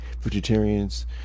Vegetarians